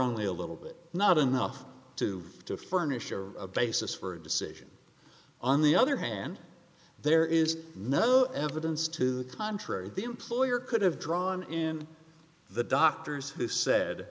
only a little bit not enough to to furnish a basis for a decision on the other hand there is no evidence to the contrary the employer could have drawn in the doctors who said